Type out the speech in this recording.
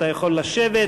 אתה יכול לשבת,